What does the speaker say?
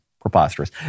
preposterous